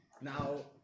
Now